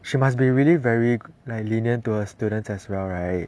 she must be really very like lenient to her students as well right